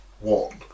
one